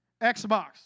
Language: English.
Xbox